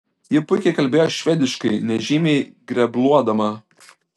ji puikiai kalbėjo švediškai nežymiai grebluodama